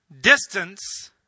distance